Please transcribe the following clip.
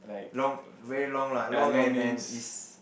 long very long lah long and and is